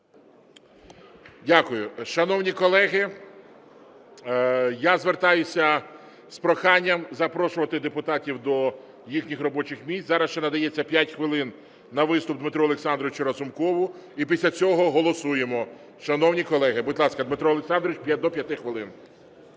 Дякую. Шановні колеги, я звертаюся з проханням запрошувати депутатів до їхніх робочих місць. Зараз ще надається 5 хвилин на виступ Дмитру Олександровичу Разумкову. І після цього голосуємо, шановні колеги. Будь ласка, Дмитро Олександрович, до 5 хвилин.